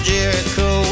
Jericho